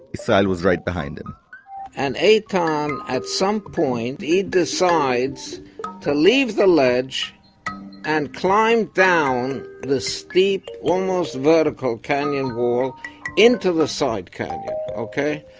was right behind him and eytan, um at some point, he decides to leave the ledge and climb down the steep, almost vertical canyon wall into the side canyon, okay?